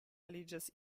aliĝas